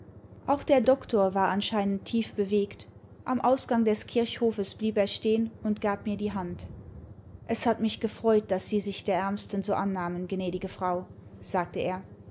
auch der doktor war anscheinend tief bewegt am ausgang des kirchhofes blieb er stehen und gab mir die hand es hat mich gefreut daß sie sich der ärmsten so annahmen gnädige frau sagte er